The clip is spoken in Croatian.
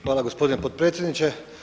Hvala gospodine potpredsjedniče.